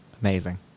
Amazing